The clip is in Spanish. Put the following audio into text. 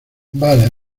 vale